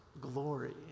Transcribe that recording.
glory